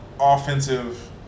offensive